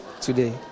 today